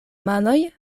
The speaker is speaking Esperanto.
manoj